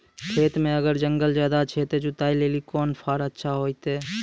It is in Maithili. खेत मे अगर जंगल ज्यादा छै ते जुताई लेली कोंन फार अच्छा होइतै?